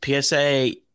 PSA –